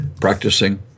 practicing